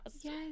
Yes